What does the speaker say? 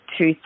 two